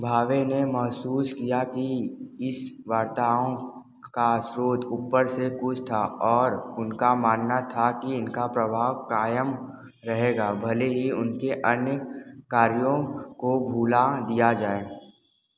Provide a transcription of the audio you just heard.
भावे ने महसूस किया कि इन वार्ताओं का स्रोत ऊपर से कुछ था और उनका मानना था कि इसका प्रभाव कायम रहेगा भले ही उनके अन्य कार्यों को भुला दिया जाए